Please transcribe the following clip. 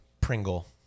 Pringle